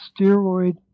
steroid